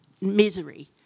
misery